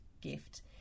gift